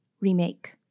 remake